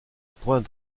point